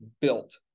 built